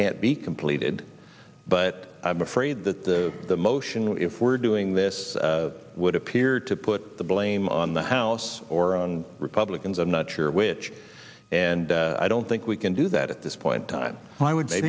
can't be completed but i'm afraid that the motion if we're doing this would appear to put the blame on the house or republicans i'm not sure which and i don't think we can do that at this point why would they